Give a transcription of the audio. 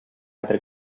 altre